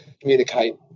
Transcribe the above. communicate